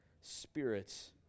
spirits